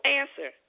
answer